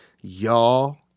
y'all